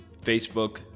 Facebook